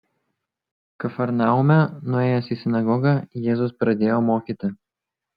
kafarnaume nuėjęs į sinagogą jėzus pradėjo mokyti